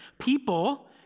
people